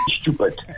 stupid